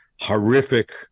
horrific